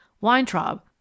weintraub